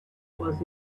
was